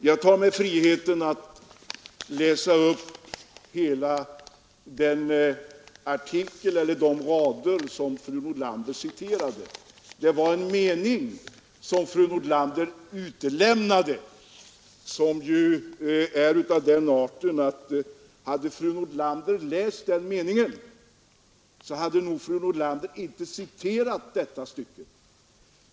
Jag tar mig friheten att läsa upp hela det avsnitt som fru Nordlander citerade en del ur. Där finns en mening som fru Nordlander utelämnade och som är av den arten att hade fru Nordlander läst den meningen, så skulle hon inte ha citerat någonting ur detta stycke.